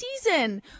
season